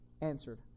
answered